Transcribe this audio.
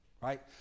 Right